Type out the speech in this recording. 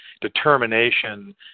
determination